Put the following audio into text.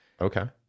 Okay